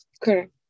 Correct